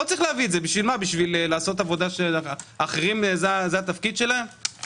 כדי לעשות עבודה שהיא תפקידם של אחרים?